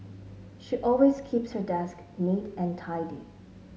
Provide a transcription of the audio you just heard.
she always keeps her desk neat and tidy